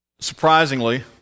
Surprisingly